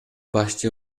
башчы